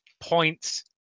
points